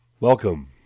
Welcome